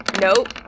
Nope